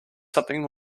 something